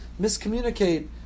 miscommunicate